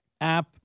App